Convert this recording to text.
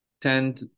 tend